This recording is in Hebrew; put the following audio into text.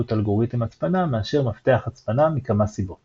אלגוריתם הצפנה מאשר מפתח הצפנה מכמה סיבות